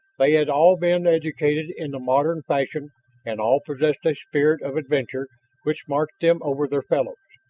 they had all been educated in the modern fashion and all possessed a spirit of adventure which marked them over their fellows.